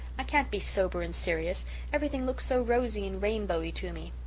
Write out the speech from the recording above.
i can't be sober and serious everything looks so rosy and rainbowy to me.